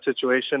situation